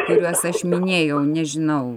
kuriuos aš minėjau nežinau